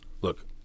look